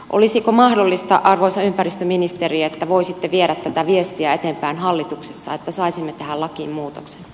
olisiko mahdollista arvoisa ympäristöministeri että voisitte viedä tätä viestiä eteenpäin hallituksessa että saisimme tähän lakiin muutoksen